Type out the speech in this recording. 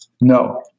No